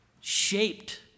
shaped